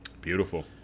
beautiful